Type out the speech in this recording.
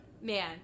man